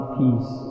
peace